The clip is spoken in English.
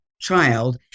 child